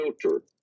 filter